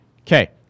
Okay